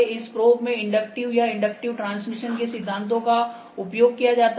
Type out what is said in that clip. इस प्रोब में इंडक्टिव या इंडक्टिव ट्रांसमिशन के सिद्धांत का उपयोग किया जाता है